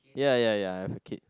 ya ya ya I have a kid